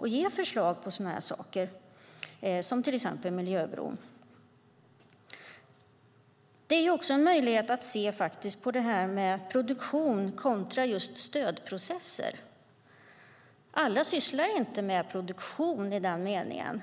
och ge förslag på sådana saker som till exempel Miljöbron. Det är också möjligt att se på produktion kontra stödprocesser. Alla sysslar inte med produktion i den meningen.